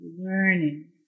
learning